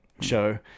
show